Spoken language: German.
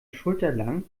schulterlang